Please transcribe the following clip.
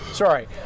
Sorry